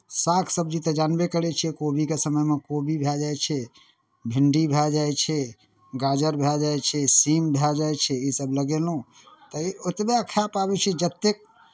साग सब्जी तऽ जनबे करै छियै कोबीके समयमे कोबी भए जाइ छै भिंडी भए जाइ छै गाजर भए जाइ छै सीम भए जाइ छै ईसभ लगेलहुँ तऽ ओतबहि खाए पाबै छियै जतेक